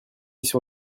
sur